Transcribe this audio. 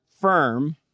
firm